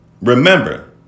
remember